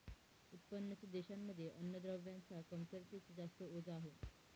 उत्पन्नाच्या देशांमध्ये अन्नद्रव्यांच्या कमतरतेच जास्त ओझ आहे